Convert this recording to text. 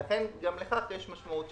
ולכן גם לכך יש משמעות.